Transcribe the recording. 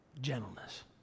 gentleness